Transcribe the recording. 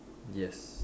yes